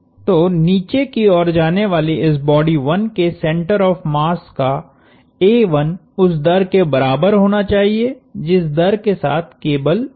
तो नीचे की ओर जाने वाली इस बॉडी 1 के सेंटर ऑफ़ मास काउस दर के बराबर होना चाहिए जिस दर के साथ केबल खुल रही है